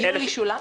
יולי שולם?